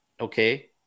okay